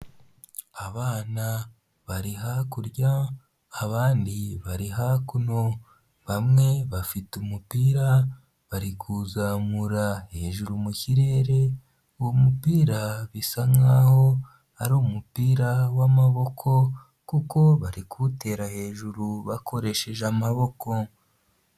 Abana bari hakurya abandi bari hakuno, bamwe bafite umupira bari kuzamura hejuru mu kirere, uwo mupira bisa nkaho ari umupira w'amaboko kuko bari kuwutera hejuru bakoresheje amaboko.